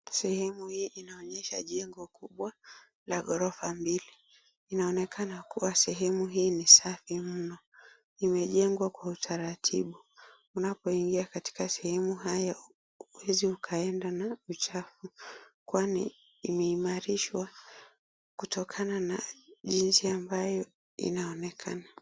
Sehemu hii inaonyesha jengo kubwa la ghorofa mbili, inaonekana kuwa sehemu hii ni safi mno. Imejengwa kwa utaratibu. Unapoingia katika sehemu hayo huwezi ukaenda na uchafu kwani imeimarishwa kutokana na jinsi ambayo inaonekana.